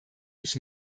ich